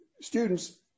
Students